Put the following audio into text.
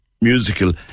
musical